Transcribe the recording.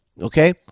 Okay